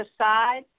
aside